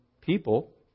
people